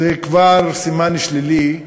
זה כבר סימן שלילי,